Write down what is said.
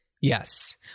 Yes